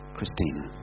Christina